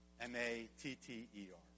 M-A-T-T-E-R